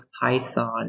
Python